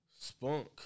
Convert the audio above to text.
spunk